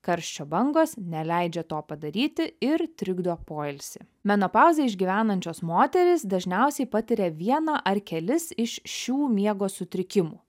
karščio bangos neleidžia to padaryti ir trikdo poilsį menopauzę išgyvenančios moterys dažniausiai patiria vieną ar kelis iš šių miego sutrikimų